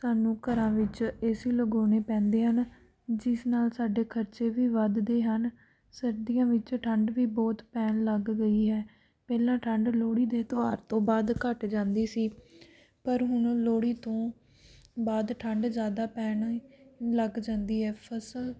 ਸਾਨੂੰ ਘਰਾਂ ਵਿੱਚ ਏ ਸੀ ਲਗਾਉਣੇ ਪੈਂਦੇ ਹਨ ਜਿਸ ਨਾਲ ਸਾਡੇ ਖਰਚੇ ਵੀ ਵੱਧਦੇ ਹਨ ਸਰਦੀਆਂ ਵਿੱਚ ਠੰਡ ਵੀ ਬਹੁਤ ਪੈਣ ਲੱਗ ਗਈ ਹੈ ਪਹਿਲਾਂ ਠੰਡ ਲੋਹੜੀ ਦੇ ਤਿਓਹਾਰ ਤੋਂ ਬਾਅਦ ਘੱਟ ਜਾਂਦੀ ਸੀ ਪਰ ਹੁਣ ਲੋਹੜੀ ਤੋਂ ਬਾਅਦ ਠੰਡ ਜ਼ਿਆਦਾ ਪੈਣ ਲੱਗ ਜਾਂਦੀ ਹੈ ਫਸਲ